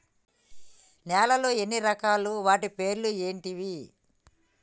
నేలలు ఎన్ని రకాలు? వాటి పేర్లు ఏంటివి?